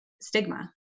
stigma